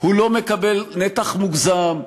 הוא לא מקבל נתח מוגזם,